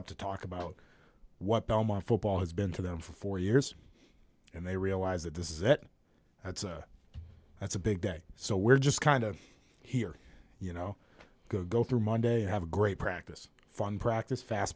up to talk about what belmont football has been to them for four years and they realize that this is it that's a that's a big day so we're just kind of here you know go through monday have a great practice fun practice fast